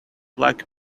like